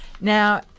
Now